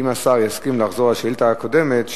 אם השר יסכים לחזור לשאילתא הקודמת,